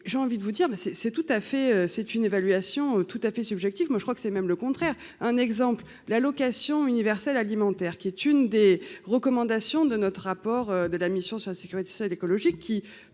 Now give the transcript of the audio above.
c'est c'est tout à fait, c'est une évaluation tout à fait subjectif, moi je crois que c'est même le contraire, un exemple, l'allocation universelle alimentaire qui est une des recommandations de notre rapport de la mission sur la sécurité sociale, écologique,